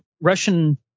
Russian